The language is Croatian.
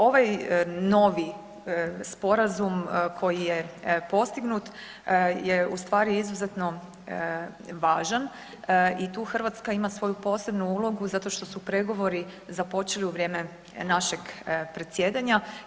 Ovaj novi sporazum koji je postignut je u stvari izuzetno važan i tu Hrvatska ima svoju posebnu ulogu zato što su pregovori započeli u vrijeme našeg predsjedanja.